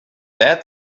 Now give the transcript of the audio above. that